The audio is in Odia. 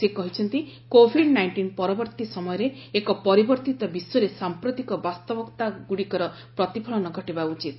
ସେ କହିଛନ୍ତି କୋଭିଡ୍ ନାଇଷ୍ଟିନ୍ ପରବର୍ତ୍ତୀ ସମୟରେ ଏକ ପରିବର୍ତ୍ତିତ ବିଶ୍ୱରେ ସାଂପ୍ରତିକ ବାସ୍ତବିକତାଗୁଡ଼ିକର ପ୍ରତିଫଳନ ଘଟିବା ଉଚିତ